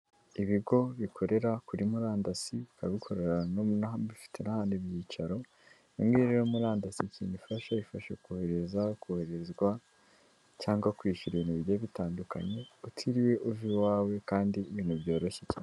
Ibigo bikorera kuri murandasi, bikabikorera bifite n'ahandi ibyicaro, imwe rero yo murandasi ikintu ifasha, ifasha kohereza, koherezwa cyangwa kwishyura ibintu bigiye bitandukanye, utiriwe uva iwawe kandi ibintu byoroshye cyane.